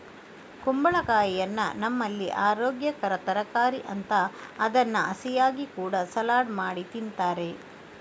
ಕುಂಬಳಕಾಯಿಯನ್ನ ನಮ್ಮಲ್ಲಿ ಅರೋಗ್ಯಕರ ತರಕಾರಿ ಅಂತ ಅದನ್ನ ಹಸಿಯಾಗಿ ಕೂಡಾ ಸಲಾಡ್ ಮಾಡಿ ತಿಂತಾರೆ